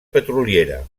petroliera